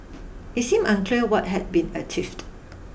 it seemed unclear what had been achieved